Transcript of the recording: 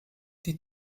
die